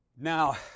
Now